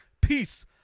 Peace